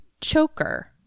choker